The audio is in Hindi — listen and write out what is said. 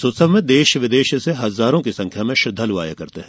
इस उत्सव में देश विदेश से हजारों की संख्या में श्रद्वालू आया करते हैं